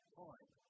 point